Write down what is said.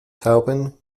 taupin